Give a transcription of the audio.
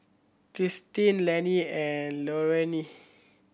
Cristine Lenny and Lorayne